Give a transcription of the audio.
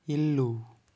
ఇల్లు